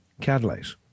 Catalase